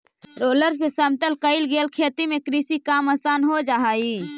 roller से समतल कईल गेल खेत में कृषि काम आसान हो जा हई